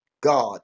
God